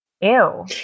Ew